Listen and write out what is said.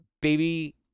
baby